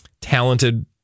talented